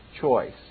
choice